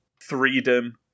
Freedom